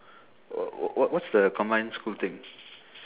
wh~ wh~ wha~ what's the combined school thing